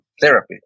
therapy